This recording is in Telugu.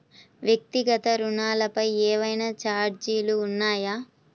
వ్యక్తిగత ఋణాలపై ఏవైనా ఛార్జీలు ఉన్నాయా?